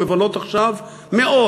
מבלות מאות,